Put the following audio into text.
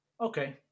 Okay